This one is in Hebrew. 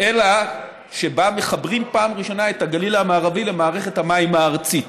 אלא מחברים בפעם הראשונה את הגליל המערבי למערכת המים הארצית,